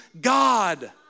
God